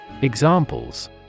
Examples